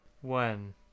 one